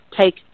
take